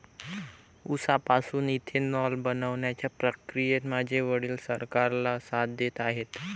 उसापासून इथेनॉल बनवण्याच्या प्रक्रियेत माझे वडील सरकारला साथ देत आहेत